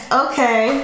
okay